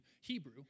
Hebrew